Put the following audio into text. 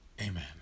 Amen